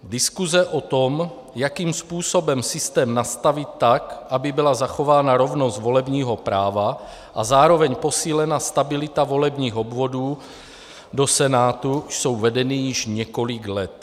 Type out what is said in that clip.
Diskuse o tom, jakým způsobem systém nastavit tak, aby byla zachována rovnost volebního práva a zároveň posílena stabilita volebních obvodů do Senátu, jsou vedeny již několik let.